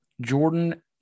Jordan